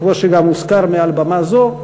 כמו שגם הוזכר מעל במה זו,